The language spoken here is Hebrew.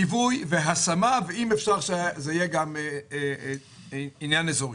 ליווי והשמה, ואם אפשר - גם העניין האזורי.